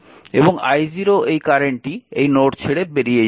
এবং i0 এই কারেন্টটি এই নোড ছেড়ে বেরিয়ে যাচ্ছে